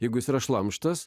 jeigu jis yra šlamštas